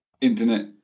internet